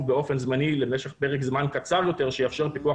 באופן זמני למשך פרק זמן קצר יותר שיאפשר פיקוח